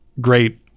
great